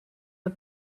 the